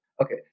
Okay